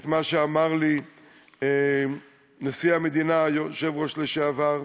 את מה שאמר לי נשיא המדינה, היושב-ראש לשעבר: